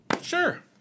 Sure